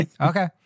Okay